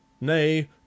Nay